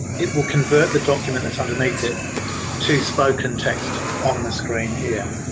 it will convert the document that's underneath it to spoken text on the screen here.